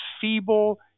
feeble